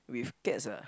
with cats ah